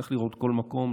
צריך לראות כל מקום,